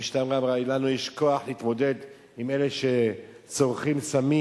המשטרה אמרה: לנו יש כוח להתמודד עם אלה שצורכים סמים?